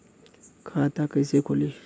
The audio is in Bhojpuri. खाता कइसे खुली?